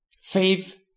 Faith